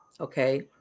okay